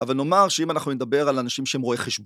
אבל נאמר שאם אנחנו נדבר על אנשים שהם רואי חשבון...